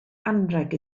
anrheg